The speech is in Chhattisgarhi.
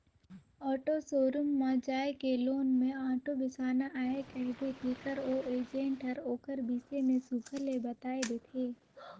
ऑटो शोरूम म जाए के लोन में आॅटो बेसाना अहे कहबे तेकर ओ एजेंट हर ओकर बिसे में सुग्घर ले बताए देथे